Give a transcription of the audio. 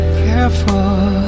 careful